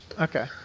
Okay